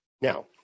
Now